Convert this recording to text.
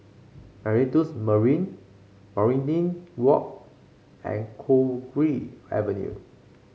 Meritus Mandarin Waringin Walk and Cowdray Avenue